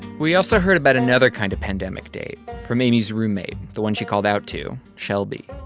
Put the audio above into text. we also heard about another kind of pandemic date from amy's roommate, the one she called out to shelby.